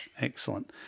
Excellent